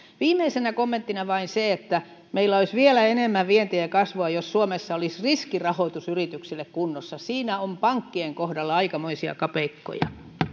viimeisenä kommenttina vain se että meillä olisi vielä enemmän vientiä ja kasvua jos suomessa olisi riskirahoitus yrityksille kunnossa siinä on pankkien kohdalla aikamoisia kapeikkoja